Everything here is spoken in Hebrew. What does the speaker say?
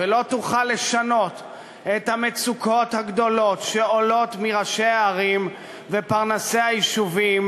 ולא תוכל לשנות את המצוקות הגדולות שעולות מראשי הערים ופרנסי היישובים,